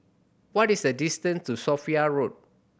what is the distance to Sophia Road